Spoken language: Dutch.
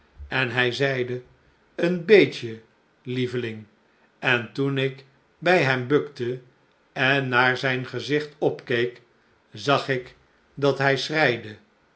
en hij zeide een beetje lieveling en toen ik bij hem bukte en naar zijn gezicht opkeek zag ik dat hij